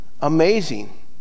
amazing